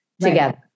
together